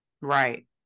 right